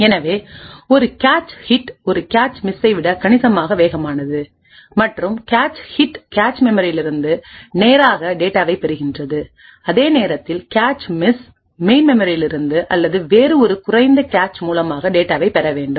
எனவே ஒரு cache hit ஒரு கேச் மிஸ்ஸை விட கணிசமாக வேகமானது மற்றும் கேச் ஹிட் கேச் மெமரியிலிருந்து நேராக டேட்டாவைப் பெறுகிறது அதே நேரத்தில் கேச் மிஸ் மெயின்மெமரியிலிருந்து அல்லது வேறு ஒரு குறைந்த கேச் மூலமாகவும் டேட்டாவைப் பெற வேண்டும்